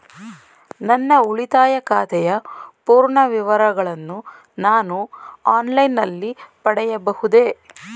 ನನ್ನ ಉಳಿತಾಯ ಖಾತೆಯ ಪೂರ್ಣ ವಿವರಗಳನ್ನು ನಾನು ಆನ್ಲೈನ್ ನಲ್ಲಿ ಪಡೆಯಬಹುದೇ?